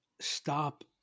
Stop